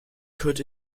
could